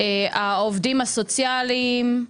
העובדים הסוציאליים,